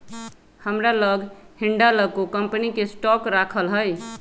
हमरा लग हिंडालको कंपनी के स्टॉक राखल हइ